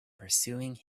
pursuing